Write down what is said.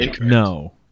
No